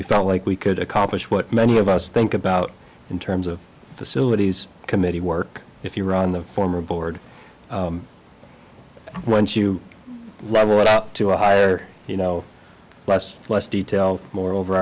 we felt like we could accomplish what many of us think about in terms of facilities committee work if you run the former board once you level it up to a higher you know less less detail more over